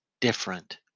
different